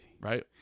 Right